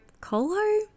Colo